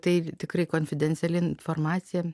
tai tikrai konfidenciali informacija